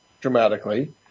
dramatically